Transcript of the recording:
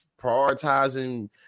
prioritizing